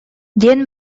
диэн